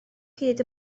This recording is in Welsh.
hyd